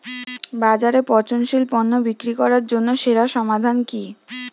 বাজারে পচনশীল পণ্য বিক্রি করার জন্য সেরা সমাধান কি?